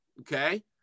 Okay